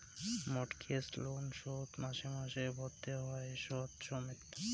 mortgage loan শোধ মাসে মাসে ভরতে হই শুধ সমেত